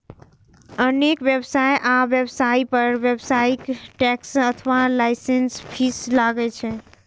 अनेक व्यवसाय आ व्यवसायी पर व्यावसायिक टैक्स अथवा लाइसेंस फीस लागै छै